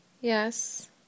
yes